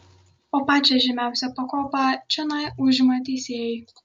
o pačią žemiausią pakopą čionai užima teisėjai